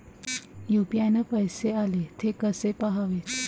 UPI न पैसे आले, थे कसे पाहाचे?